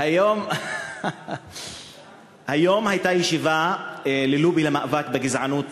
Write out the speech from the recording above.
היום הייתה ישיבה של הלובי למאבק בגזענות